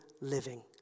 living